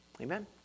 Amen